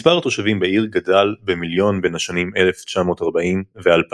מספר התושבים בעיר גדל במיליון בין השנים 1940 ו-2000.